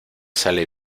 sale